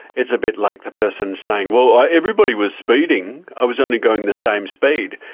it's a bit like the person saying well, everybody was speeding, i was only going the same speed.